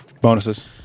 Bonuses